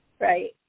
right